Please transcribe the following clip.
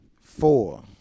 four